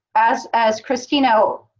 as as cristina